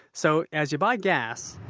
so as you buy gas,